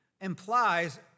implies